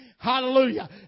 Hallelujah